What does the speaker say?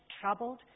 troubled